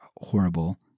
horrible